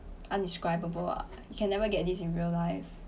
undescribable ah you can never get this in real life